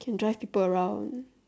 can drive people around